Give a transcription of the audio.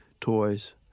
toys